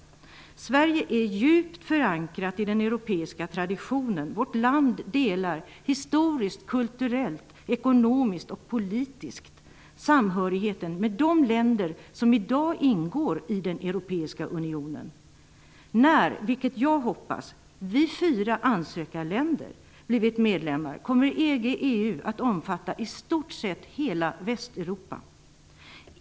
Sverige är djupt förankrat i den europeiska traditionen. Vårt land delar historiskt, kulturellt, ekonomiskt och politiskt samhörigheten med de länder som i dag ingår i den europeiska unionen. När vi fyra länder har blivit medlemmar, vilket jag hoppas, kommer EG/EU att omfatta i stort sett hela Västeuropa.